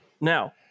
now